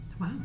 Wow